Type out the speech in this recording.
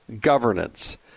Governance